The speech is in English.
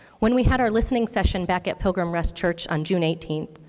when we had our listening session back at pilgrim rest church on june eighteenth,